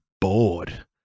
bored